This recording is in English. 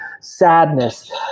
sadness